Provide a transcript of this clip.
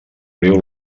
riu